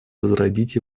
возродить